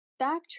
backtrack